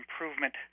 Improvement